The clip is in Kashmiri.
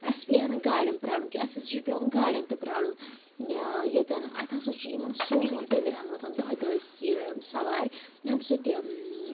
اسہِ پیٚیہِ ہا نہٕ گاڈیٚن پرٛارُن کیٚنٛہہ اسہِ ہَسا چھُ پیٚوان گاڑیٚن تہِ پرٛارُن یا ییٚتیٚن اتہِ ہَسا چھُ یِمن سومووَن تویراہن آسان دَہے دَہے یہِ سوارِ اَمہِ سۭتۍ تہِ